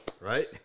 right